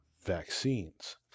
vaccines